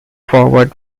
forward